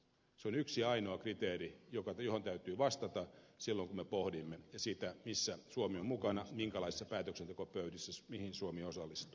se on yksi ainoa kriteeri johon täytyy vastata silloin kun me pohdimme sitä missä suomi on mukana minkälaisissa päätöksentekopöydissä mihin suomi osallistuu